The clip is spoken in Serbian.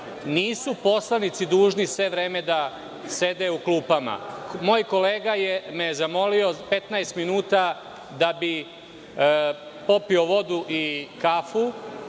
Nisu poslanici dužni sve vreme da sede u klupama. Kolega me je zamolio 15 minuta, da bi popio vodu i kafu,